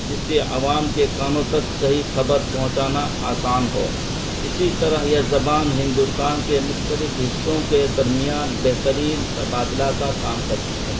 جس سے عوام کے کانوں تک صحیح خبر پہنچانا آسان ہو اسی طرح یہ زبان ہندوستان کے مختلف حصوں کے درمیان بہترین تبادلہ کا کام کرتی ہے